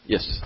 Yes